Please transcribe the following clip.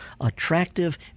attractive